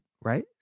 right